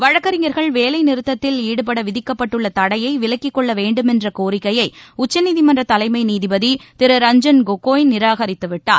வழக்கறிஞர்கள் வேலை நிறுத்தத்தில் ஈடுபட விதிக்கப்பட்டுள்ள தடையை விலக்கிக் கொள்ள வேண்டுமென்ற கோரிக்கையை உச்சநீதிமன்ற தலைமை நீதிபதி ரஞ்ஜன் கொகோய் நிராகரித்து விட்டார்